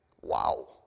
Wow